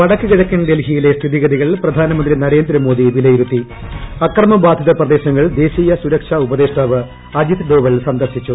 വടക്കു കിഴക്കൻ ഡൽഹിയിലെ സ്ഥിതിഗതികൾ പ്രധാനമന്ത്രി നരേന്ദ്രമോദി വിലയിരുത്തി അക്രമ ബാധിത പ്രദേശങ്ങൾ ദേശീയ സുരക്ഷാ ഉപദേഷ്ടാവ് അജിത് ഡോവൽ സന്ദർശിച്ചു